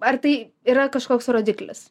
ar tai yra kažkoks rodiklis